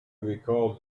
recalled